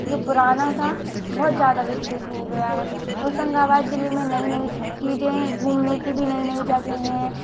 जो पुराना था बहुत ज़्यादा विकसित हो गया है होशंगाबाद जिले में नई नई चीज़ें घूमने की भी नई नई जगहें हैं